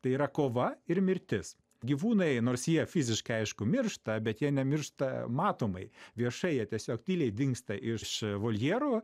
tai yra kova ir mirtis gyvūnai nors jie fiziškai aišku miršta bet jie nemiršta matomai viešai jie tiesiog tyliai dingsta iš voljerų